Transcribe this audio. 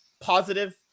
Positive